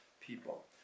people